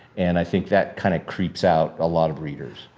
and i think that kind of creeps out a lot of readers.